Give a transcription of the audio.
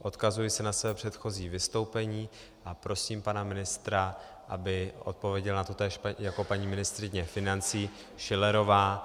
Odkazuji se na své předchozí vystoupení a prosím pana ministra, aby odpověděl na totéž jako paní ministryně financí Schillerová.